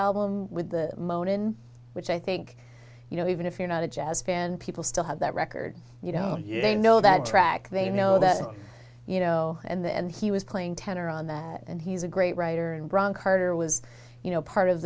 album with the moanin which i think you know even if you're not a jazz fan people still have that record you know you know that track they know that you know and he was playing tenor on that and he's a great writer and brian carter was you know part of